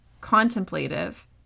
contemplative